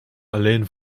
alleen